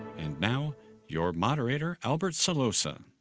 and now your moderator, albert celoza.